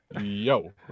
Yo